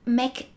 make